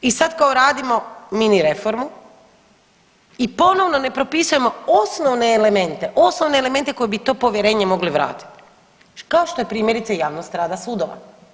I sad kao radimo mini reformu i ponovno ne propisujemo osnovne elemente, osnovne elemente koje bi to povjerenje mogli vratiti, kao što je primjerice javnost rada sudova.